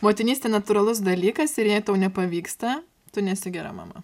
motinystė natūralus dalykas ir jei tau nepavyksta tu nesi gera mama